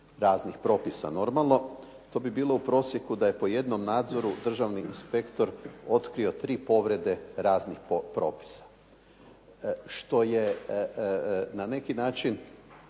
raznih propisa normalno, to bi bilo u prosjeku da je po jednom nadzoru državni inspektor otkrio tri povrede raznih po propisa. Što je na neki način